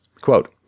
Quote